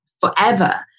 forever